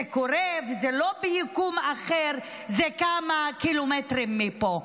זה קורה וזה לא ביקום אחר, זה כמה קילומטרים מפה.